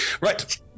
Right